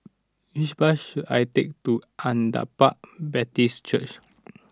which bus should I take to Agape Baptist Church